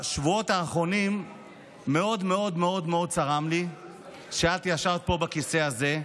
בשבועות האחרונים מאוד מאוד צרם לי שאת ישבת פה בכיסא הזה,